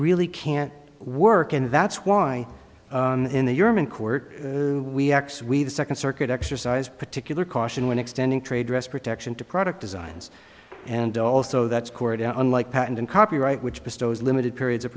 really can't work and that's why in the european court we aks we the second circuit exercise particular caution when extending trade dress protection to product designs and also that's corret unlike patent and copyright which bestows limited periods of